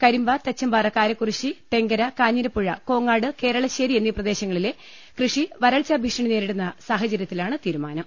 കരിമ്പ തച്ചമ്പാറ കാരക്കുറിശ്ശി തെങ്കര കാഞ്ഞിരപ്പുഴ കോങ്ങാട് കേരളശ്ശേരി എന്നീ പ്രദേശങ്ങളിലെ കൃഷി വരൾച്ചാ ഭീഷണി നേരിടുന്ന സാഹചര്യത്തിലാണ് തീരുമാനം